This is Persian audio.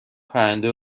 پرنده